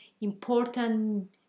important